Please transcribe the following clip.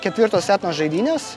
ketvirtos etno žaidynės